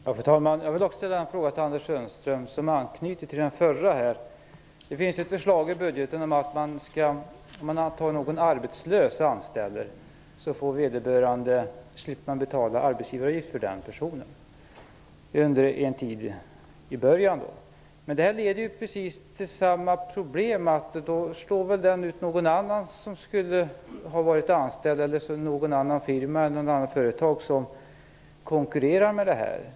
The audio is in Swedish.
Fru talman! Jag vill ställa en fråga till Anders Sundström som anknyter till föregående fråga. Det finns ett förslag i budgetpropositionen att den som anställer en arbetslös slipper att betala arbetsgivaravgift för den personen under en tid i början. Detta leder till precis samma problem. Då slår den personen ut någon annan som skulle ha varit anställd, eller någon annan firma eller något annat företag som konkurrerar med detta företag.